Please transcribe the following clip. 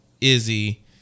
Izzy